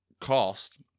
cost